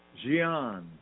Jian